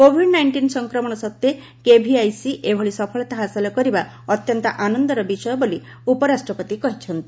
Covid nineteen ସଂକ୍ରମଣ ସତ୍ତ୍ୱେ KVIC ଏଭଳି ସଫଳତା ହାସଲ କରିବା ଅତ୍ୟନ୍ତ ଆନନ୍ଦର ବିଷୟ ବୋଲି ଉପରାଷ୍ଟ୍ରପତି କହିଛନ୍ତି